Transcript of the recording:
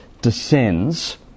descends